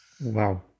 Wow